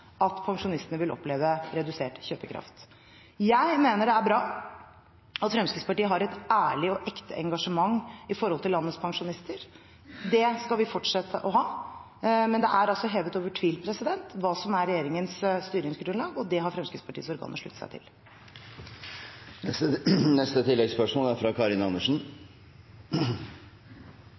at pensjonistene vil oppleve redusert kjøpekraft. Jeg mener det er bra at Fremskrittspartiet har et ærlig og ekte engasjement for landets pensjonister. Det skal vi fortsette å ha. Men det er hevet over tvil hva som er regjeringens styringsgrunnlag, og det har Fremskrittspartiets organer sluttet seg til. Karin Andersen – til oppfølgingsspørsmål. Jeg tror ikke pensjonistene er